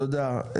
תודה.